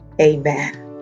amen